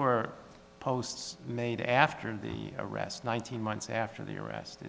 were posts made after the arrest nineteen months after the arrest